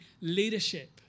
leadership